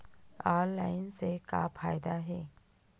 Online से का फ़ायदा हे?